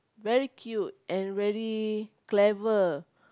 very cute and very clever